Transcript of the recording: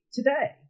today